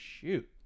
Shoot